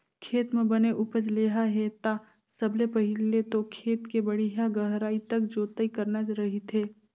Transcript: खेत म बने उपज लेना हे ता सबले पहिले तो खेत के बड़िहा गहराई तक जोतई करना रहिथे